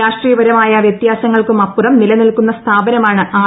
രാഷ്ട്രീയപരമായ വ്യത്യാസങ്ങൾക്കുമപ്പുറം നിലനിൽക്കുന്ന സ്ഥാപനമാണ് ആർ